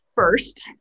First